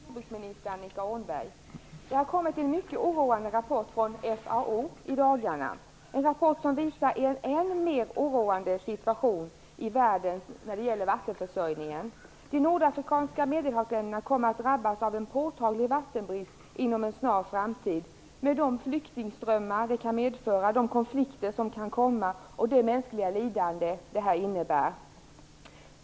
Herr talman! Jag har en fråga till jordbruksminister Annika Åhnberg. Det har i dagarna kommit en mycket oroande rapport från FAO som visar en än mer oroande situation i världen när det gäller vattenförsörjningen. De nordafrikanska Medelhavsländerna kommer att drabbas av en påtaglig vattenbrist inom en snar framtid, med de flyktingströmmar som det kan medföra, de konflikter som kan komma att uppstå och det mänskliga lidande som detta innebär.